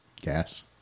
Gas